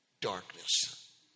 darkness